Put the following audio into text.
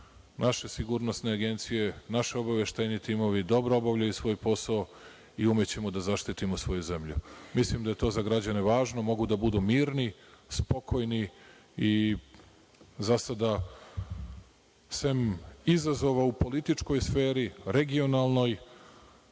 naše sigurnosne agencije, naši obaveštajni timovi dobro obavljaju svoj posao i umećemo da zaštitimo svoju zemlju. Mislim da je to za građane važno, mogu da budu mirni, spokojni i za sada, sem izazova u političkoj sferi, regionalnoj